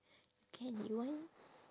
can you want